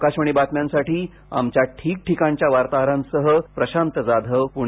आकाशवाणी बातम्यांसाठी आमच्या ठिकठीकाणच्या वार्ताहरासह प्रशांत जाधव पुणे